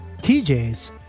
tj's